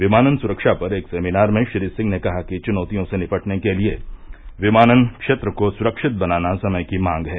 विमानन सुरक्षा पर एक सेमिनार में श्री सिंह ने कहा कि चुनौतियों से निपटने के लिए विमानन क्षेत्र को सुरक्षित बनाना समय की मांग है